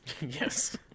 Yes